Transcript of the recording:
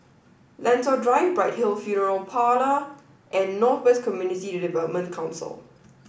Lentor Drive Bright Hill Funeral Parlour and North West Community Development Council